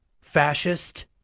fascist